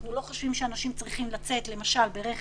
אנחנו לא חושבים שאנשים צריכים לצאת למשל ברכב,